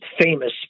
famous